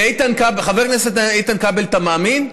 לחבר הכנסת איתן כבל אתה מאמין?